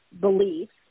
beliefs